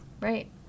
right